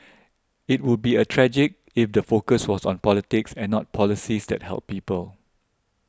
it would be a tragic if the focus was on politics and not policies that help people